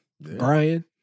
Brian